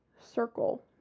Circle